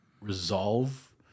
resolve